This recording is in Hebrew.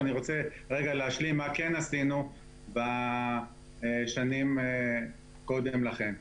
אני רוצה להשלים מה כן עשינו בשנים קודם לכן.